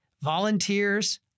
volunteers